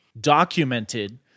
documented